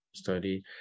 Study